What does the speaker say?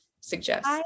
suggest